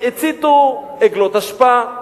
הציתו עגלות אשפה.